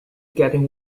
getting